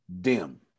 dim